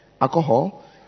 alcohol